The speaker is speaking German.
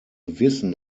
wissen